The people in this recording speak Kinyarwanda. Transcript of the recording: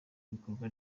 ibikorwa